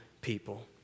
people